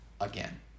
again